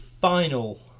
final